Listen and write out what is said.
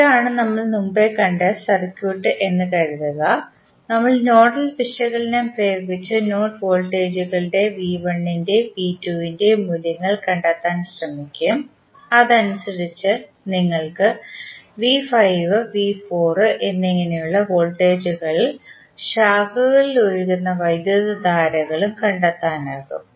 ഇതാണ് നമ്മൾ മുമ്പ് കണ്ട സർക്യൂട്ട് എന്ന് കരുതുക നമ്മൾ നോഡൽ വിശകലനം പ്രയോഗിച്ച് നോഡ് വോൾട്ടേജുകളുടെ V1ഇന്റെയും V2 ഇന്റെയും മൂല്യങ്ങൾ കണ്ടെത്താൻ ശ്രമിക്കും അതനുസരിച്ച് നിങ്ങൾക്ക് V5 V4 എന്നിങ്ങനെയുള്ള വോൾട്ടേജുകളും ശാഖകളിൽ ഒഴുകുന്ന വൈദ്യുതധാരകളും കണ്ടെത്താനാകും